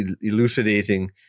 elucidating